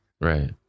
right